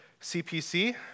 CPC